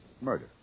Murder